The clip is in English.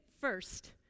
First